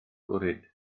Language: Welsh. gwrhyd